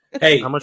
Hey